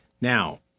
Now